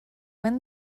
win